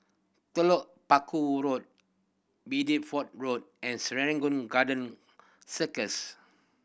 Telok Paku Road Bideford Road and Serangoon Garden Circus